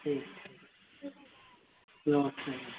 ठीक नमस्ते मैम